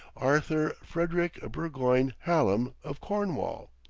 arthur frederick burgoyne hallam, of cornwall.